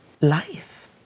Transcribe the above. life